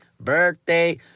birthday